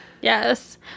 Yes